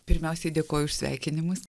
pirmiausiai dėkoju už sveikinimus